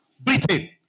Britain